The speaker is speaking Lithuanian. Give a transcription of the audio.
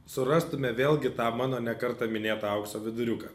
surastume vėlgi tą mano ne kartą minėtą aukso viduriuką